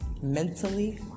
mentally